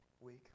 week